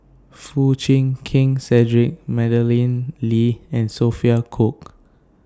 Foo Chee King Cedric Madeleine Lee and Sophia Cooke